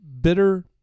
bitter